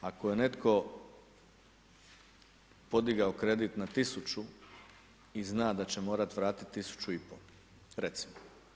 Ako je netko podigao kredit na tisuću i zna da će morati vratiti tisući i pol, recimo.